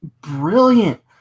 brilliant